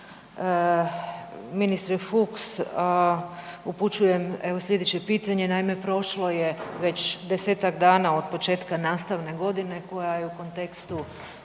ministre Fuchs upućujem evo sljedeće pitanje. Naime, prošlo je već desetak dana od početka nastavne godine koja je u kontekstu